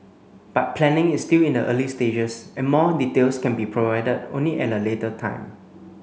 but planning is still in the early stages and more details can be provided only at a later time